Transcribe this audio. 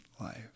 life